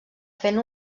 fent